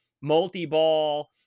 multi-ball